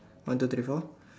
one two three four